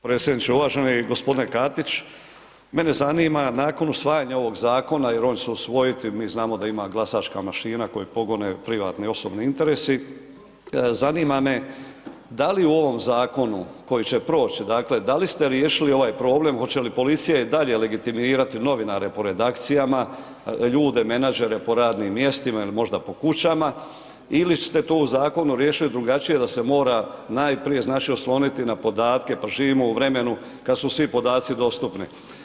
Predsjedniče, uvaženi gospodine Katić, mene zanima, nakon usvajanja ovog zakona, jer on će se usvojiti, mi znamo da ima glasačka mašina, koja pogone privatni, osobni interesi, zanima me da li u ovom zakonu, koji će proći, dakle, da li ste riješili ovaj problem, hoće li policija i dalje legitimirati novinare po redakcijama, ljude, menadžere po radnim mjestima ili možda po kućama, ili ste to u zakonu riješili drugačije, da se mora najprije osloniti na podatke, pa živimo u vremenu, kada su svi podaci dostupni.